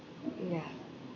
yeah